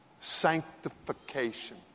sanctification